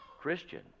Christian